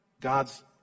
god's